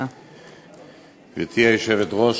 גברתי היושבת-ראש,